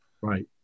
Right